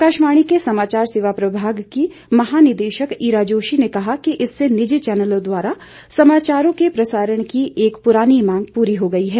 आकाशवाणी के समाचार सेवा प्रभाग की महानिदेशक ईरा जोशी ने कहा कि इससे निजी चौनलों द्वारा समाचारों के प्रसारण की एक पुरानी मांग पूरी हो गई है